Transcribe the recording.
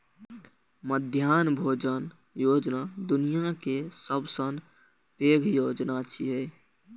मध्याह्न भोजन योजना दुनिया के सबसं पैघ योजना छियै